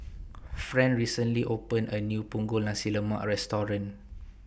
Fran recently opened A New Punggol Nasi Lemak Restaurant